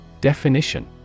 Definition